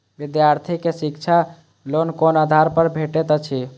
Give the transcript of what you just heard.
विधार्थी के शिक्षा लोन कोन आधार पर भेटेत अछि?